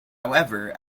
however